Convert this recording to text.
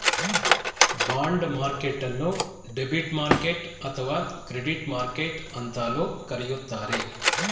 bond ಮಾರ್ಕೆಟ್ಟನ್ನು debit market ಅಥವಾ credit market ಅಂತಲೂ ಕರೆಯುತ್ತಾರೆ